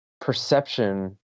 perception